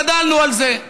גדלנו על זה,